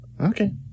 Okay